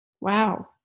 Wow